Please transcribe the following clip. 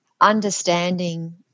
understanding